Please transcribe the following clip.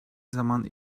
zaman